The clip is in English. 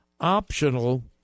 optional